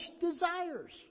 desires